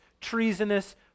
treasonous